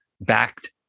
backed